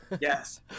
Yes